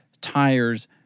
tires